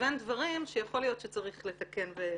לבין דברים שיכול להיות שצריך לתקן ולסובב.